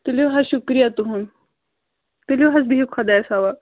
تُلِو حظ شُکریہ تُہُنٛد تُلِو حظ بِہِو خۄدایَس حَوال